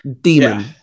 demon